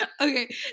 Okay